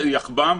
יחב"ם,